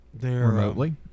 remotely